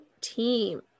team